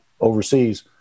overseas